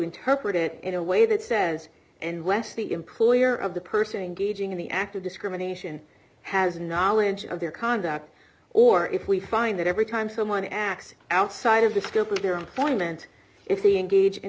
interpret it in a way that says and less the employer of the person engaging in the act of discrimination has knowledge of their conduct or if we find that every time someone acts outside of the scope of their employment if they engage in